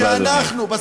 אדוני.